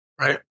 Right